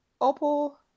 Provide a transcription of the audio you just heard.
opal